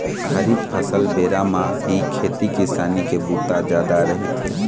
खरीफ फसल बेरा म ही खेती किसानी के बूता जादा रहिथे